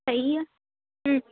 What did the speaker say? ਸਹੀ ਆ ਹੂੰ